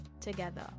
together